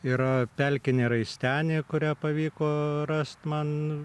yra pelkinė raistenė kurią pavyko rast man